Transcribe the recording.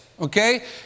Okay